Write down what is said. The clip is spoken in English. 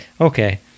Okay